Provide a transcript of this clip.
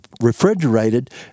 refrigerated